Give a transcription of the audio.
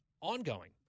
ongoing